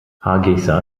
hargeysa